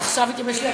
בוקר טוב לכולם,